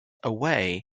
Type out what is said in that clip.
away